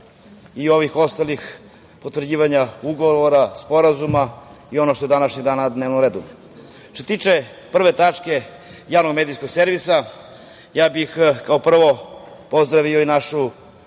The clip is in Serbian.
i ovih ostalih potvrđivanja ugovora, sporazuma i ono što je danas na dnevnom redu. Što se tiče prve tačke javnog medijskog servisa ja bih pozdravio i našu